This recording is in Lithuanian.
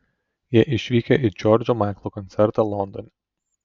jie išvykę į džordžo maiklo koncertą londone